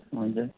हुन्छ